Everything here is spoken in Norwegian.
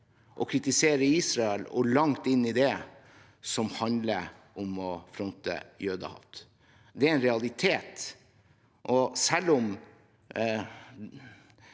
å kritisere Israel, og langt inn i det som handler om å fronte jødehat. Det er en realitet. Selv om